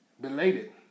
belated